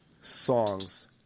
songs